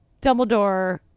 Dumbledore